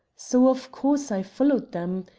so, of course, i followed them.